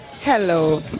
Hello